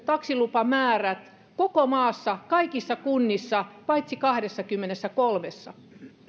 taksilupamäärät ovat lisääntyneet koko maassa kaikissa kunnissa paitsi kahdessakymmenessäkolmessa